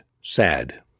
sad